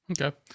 Okay